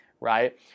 right